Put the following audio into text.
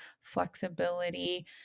flexibility